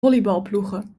volleybalploegen